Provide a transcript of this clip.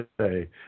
say